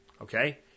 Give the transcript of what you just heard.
Okay